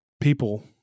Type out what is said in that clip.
People